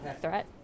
threat